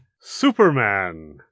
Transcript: Superman